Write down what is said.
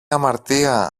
αμαρτία